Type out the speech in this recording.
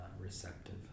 receptive